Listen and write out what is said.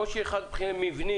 קושי מבני,